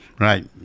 Right